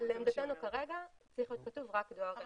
לעמדתנו כרגע צריך להיות כתוב רק דואר אלקטרוני.